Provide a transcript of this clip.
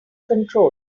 control